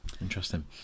Interesting